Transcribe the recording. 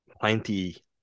plenty